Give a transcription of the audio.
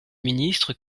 ministre